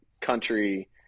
country